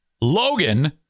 Logan